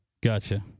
Gotcha